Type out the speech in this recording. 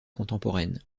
contemporaine